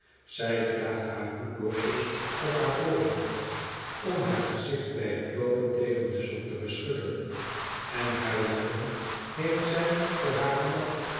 zij draagt haar hoed losjes op haar voorhoofd om haar gezicht bij t loopen tegen de zon te beschutten en haar japon heeft zij voor haar gemak